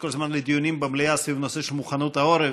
לדיונים במליאה סביב הנושא של מוכנות העורף,